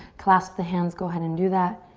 clasp the hands, go ahead and do that.